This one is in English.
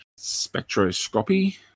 spectroscopy